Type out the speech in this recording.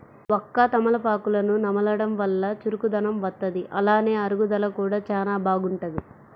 వక్క, తమలపాకులను నమలడం వల్ల చురుకుదనం వత్తది, అలానే అరుగుదల కూడా చానా బాగుంటది